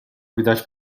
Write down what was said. widać